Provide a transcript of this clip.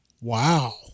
Wow